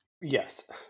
Yes